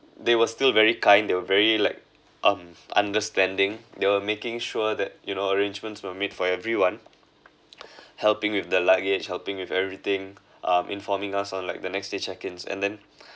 they were still very kind they were very like um understanding they were making sure that you know arrangements were made for everyone helping with the luggage helping with everything um informing us on like the next day check-ins and then